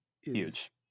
huge